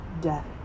death